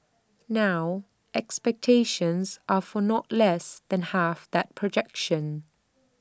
now expectations are for not less than half that projection